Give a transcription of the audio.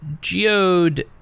Geode